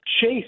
chase